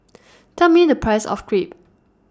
Tell Me The Price of Crepe